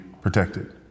protected